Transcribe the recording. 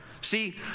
See